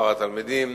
מספר התלמידים,